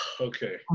Okay